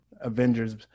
Avengers